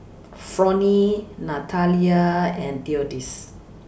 Fronie Natalia and Theodis